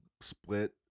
split